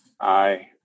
Aye